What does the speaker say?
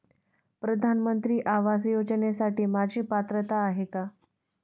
प्रधानमंत्री आवास योजनेसाठी माझी पात्रता आहे का?